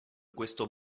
questo